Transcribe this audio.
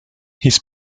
his